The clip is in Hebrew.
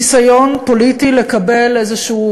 ניסיון פוליטי לקבל איזו,